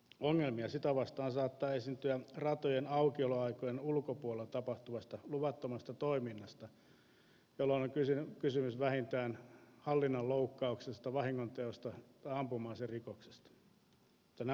ongelmia sitä vastoin saattaa tulla ratojen aukioloaikojen ulkopuolella tapahtuvasta luvattomasta toiminnasta jolloin on kysymys vähintään hallinnan loukkauksesta vahingonteosta tai ampuma aserikoksesta mutta nämä ovat eri asioita